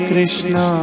Krishna